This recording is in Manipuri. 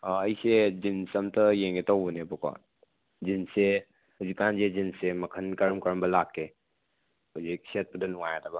ꯑꯩꯁꯦ ꯖꯤꯟꯁ ꯑꯝꯇ ꯌꯦꯡꯒꯦ ꯇꯧꯕꯅꯦꯕꯀꯣ ꯖꯤꯟꯁꯁꯦ ꯍꯧꯖꯤꯀꯥꯟꯁꯦ ꯖꯤꯟꯁꯦ ꯃꯈꯟ ꯀꯔꯝ ꯀꯔꯝꯕ ꯂꯥꯛꯀꯦ ꯍꯧꯖꯤꯛ ꯁꯦꯠꯄꯗ ꯅꯨꯡꯉꯥꯏꯒꯗꯕ